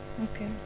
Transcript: okay